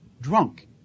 drunk